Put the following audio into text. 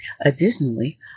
Additionally